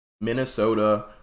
Minnesota